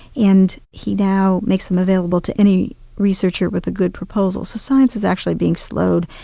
and he now makes them available to any researcher with a good proposal. so science is actually being slowed,